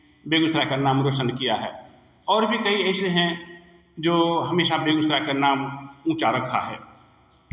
बेगुसराय का नाम रौशन किया है और भी कई ऐसे हैं जो हमेशा बेगुसराय का नाम ऊंचा रखा है